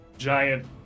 Giant